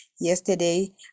Yesterday